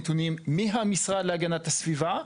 לוקחים נתונים מהמשרד להגנת הסביבה,